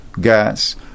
gas